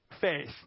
faith